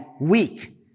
weak